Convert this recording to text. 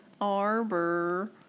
Arbor